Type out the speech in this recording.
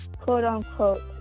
quote-unquote